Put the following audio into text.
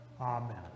Amen